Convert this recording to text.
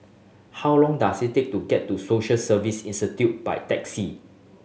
how long does it take to get to Social Service Institute by taxi